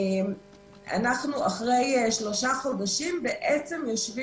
אחרי שלושה חודשים אנחנו,